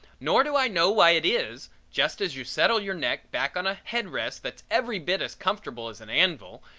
nor do i know why it is, just as you settle your neck back on a head rest that's every bit as comfortable as an anvil,